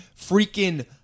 freaking